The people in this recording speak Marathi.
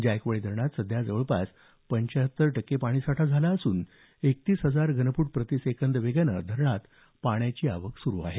जायकवाडी धरणात सध्या जवळपास पंचाहत्तर टक्के पाणीसाठा झाला असून एकतीस हजार घनफूट प्रतिसेकंद वेगानं धरणात सध्या पाण्याची आवक सुरू आहे